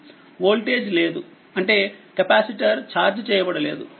voltage లేదు అంటే కెపాసిటర్ఛార్జ్చేయబడలేదు